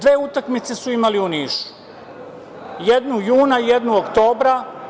Dve utakmice su imali u Nišu, jednu juna, jednu oktobra.